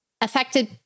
Affected